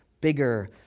bigger